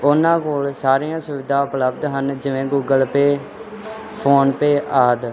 ਉਹਨਾਂ ਕੋਲ ਸਾਰੀਆਂ ਸੁਵਿਧਾ ਉਪਲਬਧ ਹਨ ਜਿਵੇਂ ਗੂਗਲ ਪੇ ਫੋਨਪੇ ਆਦਿ